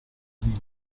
figlia